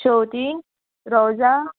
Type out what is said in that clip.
शेंवतीं रोजां